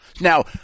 Now